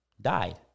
died